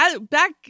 Back